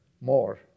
more